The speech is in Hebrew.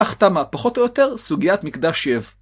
החתמה, פחות או יותר, סוגיית מקדש יב.